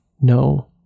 no